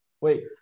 wait